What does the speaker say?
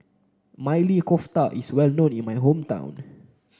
Maili Kofta is well known in my hometown